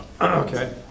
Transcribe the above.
Okay